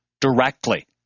directly